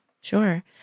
Sure